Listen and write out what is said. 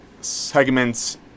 segments